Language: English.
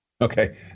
okay